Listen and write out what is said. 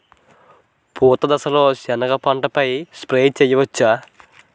పూత దశలో సెనగ పంటపై స్ప్రే చేయచ్చా?